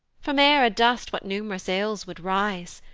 from air adust what num'rous ills would rise?